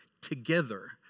together